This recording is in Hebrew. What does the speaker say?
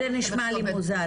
זה נשמע לי מוזר.